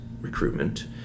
recruitment